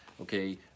okay